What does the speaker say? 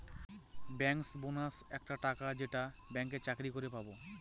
bankers bonus একটা টাকা যেইটা ব্যাঙ্কে চাকরি করে পাবো